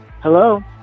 Hello